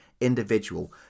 individual